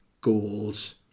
goals